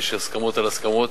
יש הסכמות על הסכמות.